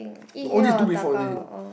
all this do before is it